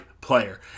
player